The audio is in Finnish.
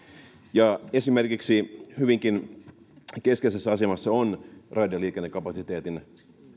esimerkiksi hyvinkin keskeisessä asemassa on raideliikennekapasiteetin